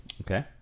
Okay